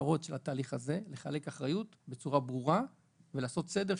מהמטרות של התהליך הזה זה לחלק אחריות בצורה ברורה ולעשות סדר.